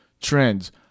trends